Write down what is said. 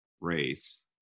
race